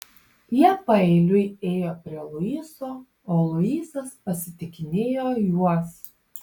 jie paeiliui ėjo prie luiso o luisas pasitikinėjo juos